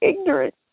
ignorant